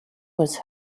was